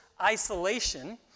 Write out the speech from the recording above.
isolation